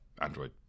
android